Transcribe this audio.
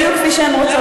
בדיוק כפי שהן רוצות?